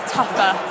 tougher